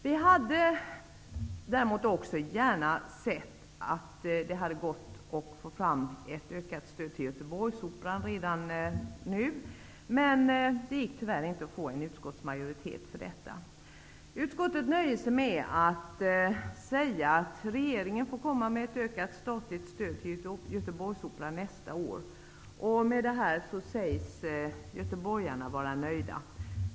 Vi hade däremot också gärna sett att det hade gått att få fram ett ökat stöd till Göteborgsoperan redan nu. Men det gick tyvärr inte att få en utskottsmajoritet för detta. Utskottet nöjer sig med att säga att regeringen får komma med ett ökat statligt stöd till Göteborgsoperan nästa år. Med detta sägs göteborgarna vara nöjda.